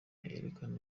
yerekana